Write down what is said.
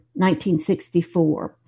1964